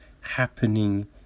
happening